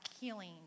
healing